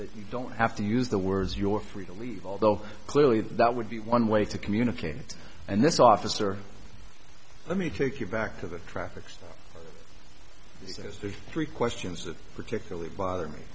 that you don't have to use the words your free to leave although clearly that would be one way to communicate and this officer let me take you back to the traffic stop because there's three questions that particularly bother me